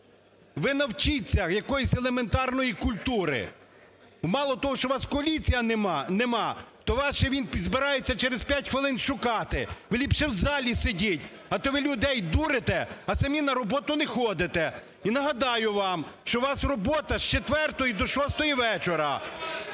Ви навчіться якоїсь елементарної культури! Мало того, що у вас коаліції нема, то вас ще він збирається через 5 хвилин шукати! Ви ліпше в залі сидіть, а то ви людей дурите, а самі на роботу не ходите! І нагадаю вам, що у вас робота з 4-ї до 6-ї вечора.